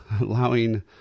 allowing